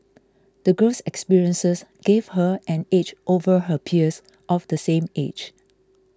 the girl's experiences gave her an edge over her peers of the same age